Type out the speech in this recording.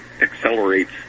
accelerates